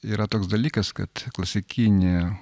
yra toks dalykas kad klasikinė